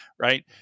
right